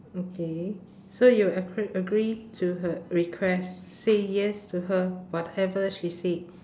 okay so you agr~ agree to her request say yes to her whatever she said